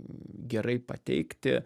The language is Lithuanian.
gerai pateikti